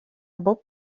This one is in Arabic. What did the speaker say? بوب